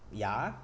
ya